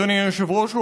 אדוני היושב-ראש,